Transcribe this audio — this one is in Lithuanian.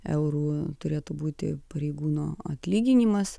eurų turėtų būti pareigūno atlyginimas